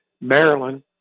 Maryland